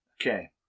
Okay